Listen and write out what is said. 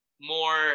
more